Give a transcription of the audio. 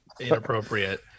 inappropriate